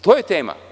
To je tema.